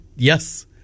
Yes